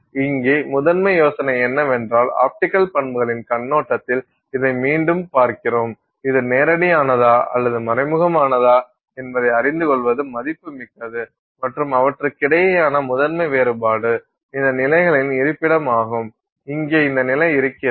இங்கே முதன்மை யோசனை என்னவென்றால் ஆப்டிக்கல் பண்புகளின் கண்ணோட்டத்தில் இதை மீண்டும் பார்க்கிறோம் இது நேரடியானதா அல்லது மறைமுகமானதா என்பதை அறிந்து கொள்வது மதிப்புமிக்கது மற்றும் அவற்றுக்கிடையேயான முதன்மை வேறுபாடு இந்த நிலைகளின் இருப்பிடமாகும் இங்கே இந்த நிலை இருக்கிறது